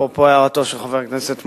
אפרופו הערתו של חבר הכנסת מולה.